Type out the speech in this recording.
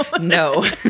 No